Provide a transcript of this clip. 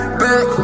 back